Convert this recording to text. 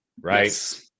Right